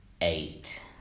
eight